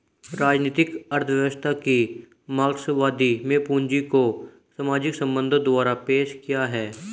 राजनीतिक अर्थव्यवस्था की मार्क्सवादी में पूंजी को सामाजिक संबंधों द्वारा पेश किया है